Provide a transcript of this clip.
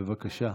בבקשה.